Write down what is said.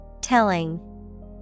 Telling